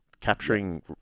capturing